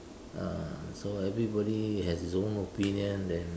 uh so everybody has his own opinion then